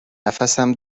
نفسم